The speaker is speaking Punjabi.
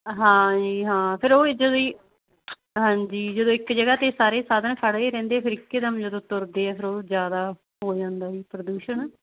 ਹਾਂ ਜੀ ਹਾਂ ਫਿਰ ਉਹ ਵਿੱਚੋਂ ਦੀ ਹਾਂਜੀ ਜਦੋਂ ਇੱਕ ਜਗ੍ਹਾ 'ਤੇ ਸਾਰੇ ਸਾਧਨ ਖੜੇ ਰਹਿੰਦੇ ਫਿਰ ਇੱਕ ਦਮ ਜਦੋਂ ਤੁਰਦੇ ਆ ਫਿਰ ਉਹ ਜ਼ਿਆਦਾ ਹੋ ਜਾਂਦਾ ਜੀ ਪ੍ਰਦੂਸ਼ਣ